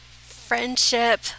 Friendship